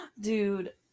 dude